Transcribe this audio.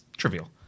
Trivial